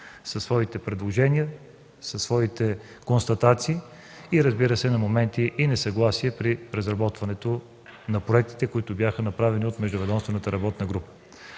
със своите предложения, констатации и, разбира се, на моменти несъгласия при разработването на проектите, които бяха направени от междуведомствената работна група.